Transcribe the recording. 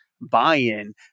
buy-in